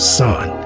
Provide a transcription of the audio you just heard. son